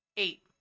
Eight